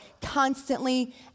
constantly